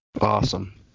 Awesome